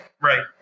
Right